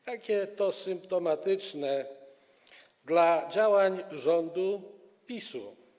Jakie to symptomatyczne dla działań rządu PiS-u.